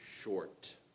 short